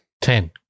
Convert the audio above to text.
Ten